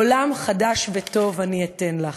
"עולם חדש וטוב אני אתן לך.